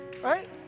Right